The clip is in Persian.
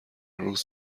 روز